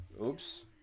Oops